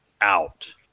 out